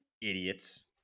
Idiots